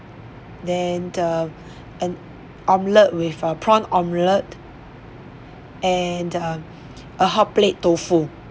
then uh an omelette with a prawn omelette and a a hot plate tofu